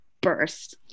burst